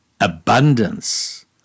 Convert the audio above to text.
abundance